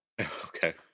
Okay